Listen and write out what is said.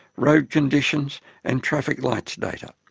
road conditions and traffic lights data.